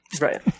Right